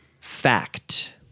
Fact